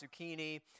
zucchini